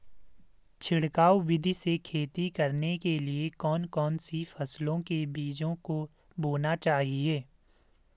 छिड़काव विधि से खेती करने के लिए कौन कौन सी फसलों के बीजों को बोना चाहिए?